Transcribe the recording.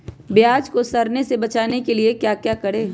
प्याज को सड़ने से बचाने के लिए क्या करें?